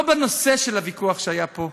לא בנושא של הוויכוח שהיה פה,